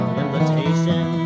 invitation